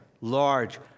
large